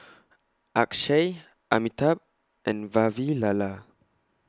Akshay Amitabh and Vavilala